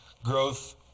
growth